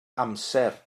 amser